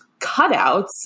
cutouts